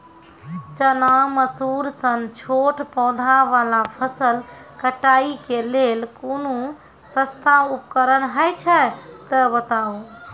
चना, मसूर सन छोट पौधा वाला फसल कटाई के लेल कूनू सस्ता उपकरण हे छै तऽ बताऊ?